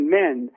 men